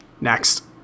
Next